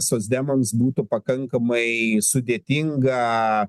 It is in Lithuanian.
socdemams būtų pakankamai sudėtinga